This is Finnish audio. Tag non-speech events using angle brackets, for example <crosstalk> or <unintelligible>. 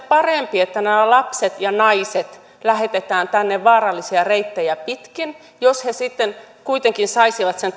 <unintelligible> parempi että nämä lapset ja naiset lähetetään tänne vaarallisia reittejä pitkin jos he sitten kuitenkin saisivat sen <unintelligible>